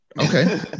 Okay